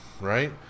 Right